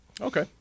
Okay